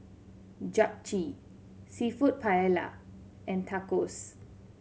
Japchae Seafood Paella and Tacos